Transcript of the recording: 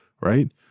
right